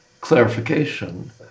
clarification